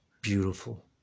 beautiful